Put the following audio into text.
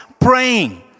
praying